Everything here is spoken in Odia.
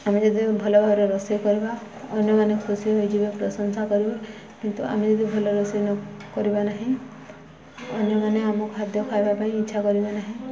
ଆମେ ଯଦି ଭଲ ଭାବରେ ରୋଷେଇ କରିବା ଅନ୍ୟମାନେ ଖୁସି ହୋଇଯିବେ ପ୍ରଶଂସା କରିବେ କିନ୍ତୁ ଆମେ ଯଦି ଭଲ ରୋଷେଇ ନ କରିବା ଅନ୍ୟମାନେ ଆମ ଖାଦ୍ୟ ଖାଇବା ପାଇଁ ଇଚ୍ଛା କରିବେ ନାହିଁ